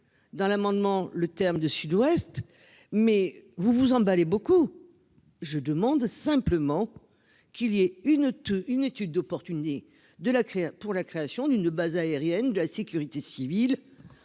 Dans l'amendement le terme de Sud-Ouest. Mais vous vous emballez beaucoup. Je demande simplement qu'il y ait une une étude d'opportune et de la crise pour la création d'une base aérienne de la sécurité civile.